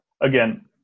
again